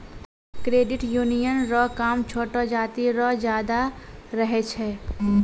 credit union रो काम छोटो जाति रो ज्यादा रहै छै